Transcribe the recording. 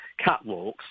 catwalks